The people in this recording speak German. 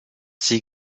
sie